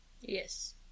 Yes